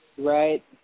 Right